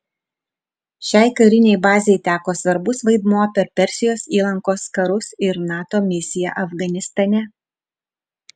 šiai karinei bazei teko svarbus vaidmuo per persijos įlankos karus ir nato misiją afganistane